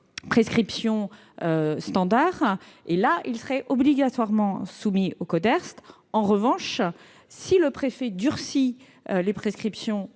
prescriptions standard, seront obligatoirement soumis au Coderst. En revanche, si le préfet durcit les prescriptions